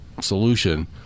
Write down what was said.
solution